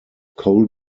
cold